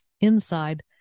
inside